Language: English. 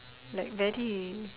like very